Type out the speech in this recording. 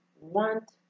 want